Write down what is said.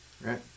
Right